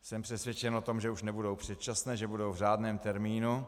Jsem přesvědčen o tom, že už nebudou předčasné, že už budou v řádném termínu.